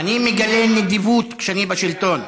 אני מגלה נדיבות כשאני בשלטון.